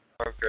Okay